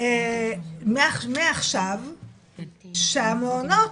מעכשיו שהמעונות,